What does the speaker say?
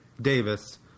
Davis